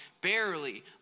barely